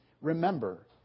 Remember